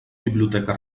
biblioteca